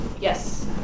Yes